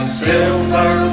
silver